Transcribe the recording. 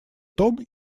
тон